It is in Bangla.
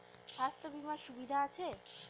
স্বাস্থ্য বিমার সুবিধা আছে?